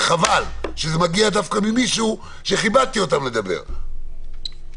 וחבל שזה מגיע דווקא ממישהו שנתתי לו לדבר בכבוד.